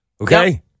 Okay